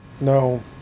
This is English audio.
No